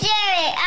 Jerry